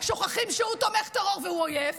שוכחים שהוא תומך טרור והוא עוין,